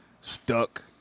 stuck